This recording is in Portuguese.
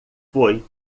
foi